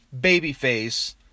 babyface